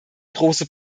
große